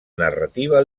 narrativa